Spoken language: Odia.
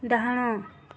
ଡାହାଣ